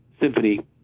symphony